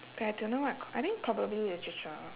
but I don't know what I think probably literature